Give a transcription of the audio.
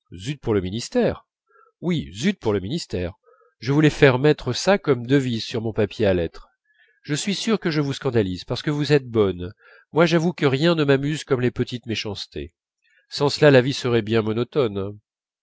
pour le ministère oui zut pour le ministère je voulais faire mettre ça comme devise sur mon papier à lettres je suis sûre que je vous scandalise parce que vous êtes bonne moi j'avoue que rien ne m'amuse comme les petites méchancetés sans cela la vie serait bien monotone